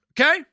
Okay